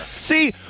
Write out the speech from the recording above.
See